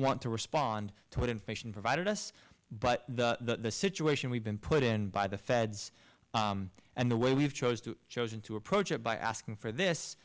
want to respond to what information provided us but the situation we've been put in by the feds and the way we've chosen to chosen to approach it by asking for this